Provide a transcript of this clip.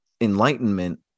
enlightenment